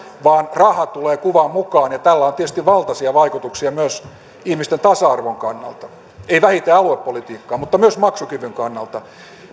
vaan raha tulee kuvaan mukaan tällä on tietysti valtaisia vaikutuksia myös ihmisten tasa arvon kannalta ei vähiten aluepolitiikkaan mutta myös maksukyvyn kannalta